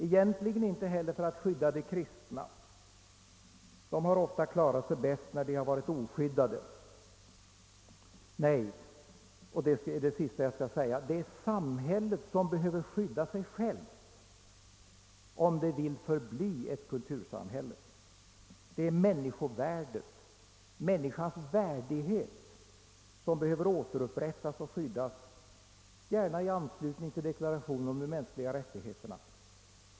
Egentligen inte heller för att skydda de kristna; de har ofta klarat sig bäst när de har varit oskyddade. Nej — och det är det sista jag skall säga — det är samhället som behöver skydda sig självt, om det vill förbli ett kultursamhälle. Det är människovärdet, människans värdighet som behöver återupprättas och skyddas, gärna i anslutning till deklarationen om de mänskliga rättigheterna.